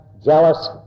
jealous